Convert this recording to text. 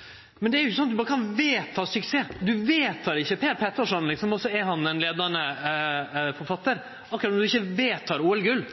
ikkje Per Petterson og så er han ein leiande forfattar, akkurat som ein ikkje vedtek OL-gull.